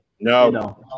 no